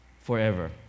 forever